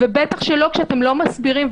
ובטח לא כשאתם לא מסבירים,